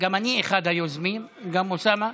גם אני אחד היוזמים, גם אוסאמה.